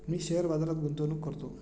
मी share बाजारात गुंतवणूक करतो